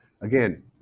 again